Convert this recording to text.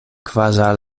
kvazaŭ